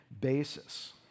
basis